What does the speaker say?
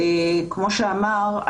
כמו שאמר,